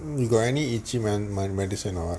hmm you got any itchy men~ medicine or not